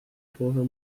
połowę